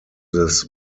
this